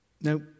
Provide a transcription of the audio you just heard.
Now